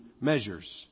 measures